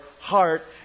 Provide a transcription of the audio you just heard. heart